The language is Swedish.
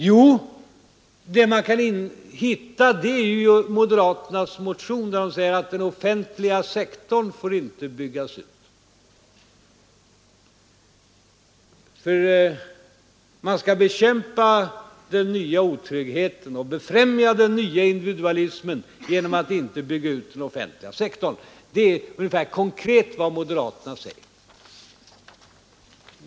För att hitta svaret på den frågan får man gå till moderaternas motion, där de säger att den offentliga sektorn inte får byggas ut, för man skall bekämpa den nya otryggheten och befrämja den nya individualismen genom att inte bygga ut den offentliga sektorn. Det är konkret vad moderaterna säger.